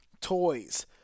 Toys